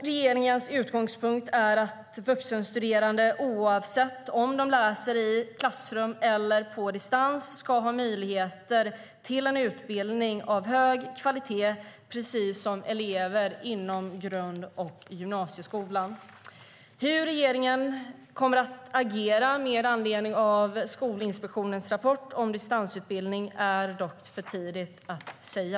Regeringens utgångspunkt är att vuxenstuderande oavsett om de läser i klassrum eller på distans ska ha möjligheter till en utbildning av hög kvalitet precis som elever inom grund och gymnasieskolan. Hur regeringen kommer att agera med anledning av Skolinspektionens rapport om distansutbildning är dock för tidigt att säga.